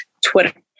Twitter